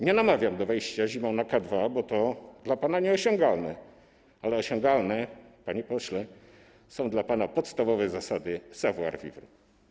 Nie namawiam do wejście zimą na K2, bo to dla pana nieosiągalne, ale osiągalne, panie pośle, są dla pana podstawowe zasady savoir vivre.